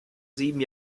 sieben